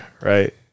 right